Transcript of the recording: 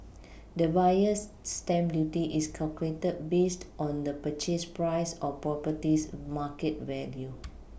the Buyer's stamp duty is calculated based on the purchase price or property's market value